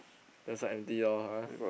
that's why empty lor ah